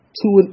two